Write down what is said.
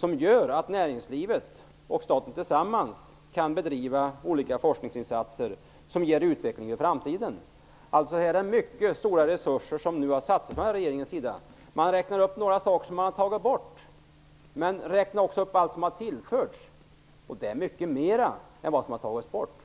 Det gör att näringslivet och staten tillsammans kan göra olika forskningsinsatser som ger utveckling i framtiden. Mycket stora resurser har alltså satsats från den här regeringens sida. Här räknas upp några saker som har tagits bort. Men räkna också upp allt som har tillförts! Det är mycket mer än vad som har tagits bort.